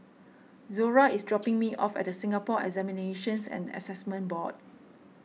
Zora is dropping me off at the Singapore Examinations and Assessment Board